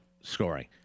scoring